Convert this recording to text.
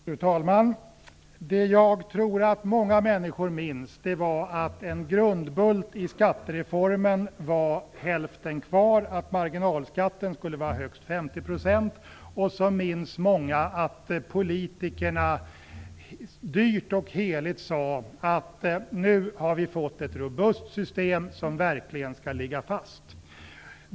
Fru talman! Jag tror att många människor minns att en grundbult i skattereformen var "hälften kvar"; Vidare minns många att politikerna dyrt och heligt lovade att vi nu hade fått ett robust system som verkligen skulle ligga fast.